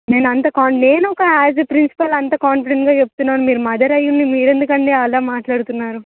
నేను అంత కాన్ఫి నేను ఒక యాస్ ఏ ప్రిన్సిపల్ అంత కాన్ఫిడెంట్గా చెప్తున్నాను మీరు మదర్ అయ్యి ఉండి మీరు ఎందుకండి అలా మాట్లాడుతున్నారు